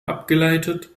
abgeleitet